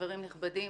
חברים נכבדים,